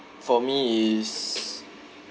for me is